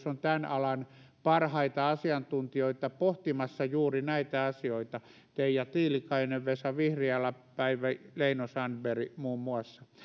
on tämän alan parhaita asiantuntijoita pohtimassa juuri näitä asioita teija tiilikainen vesa vihriälä päivi leino sandberg muun muassa